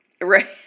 Right